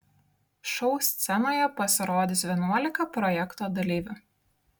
šou scenoje pasirodys vienuolika projekto dalyvių